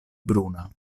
bruna